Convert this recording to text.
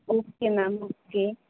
okay ma'am okay